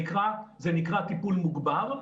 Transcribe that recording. זה נקרא טיפול מוגבר,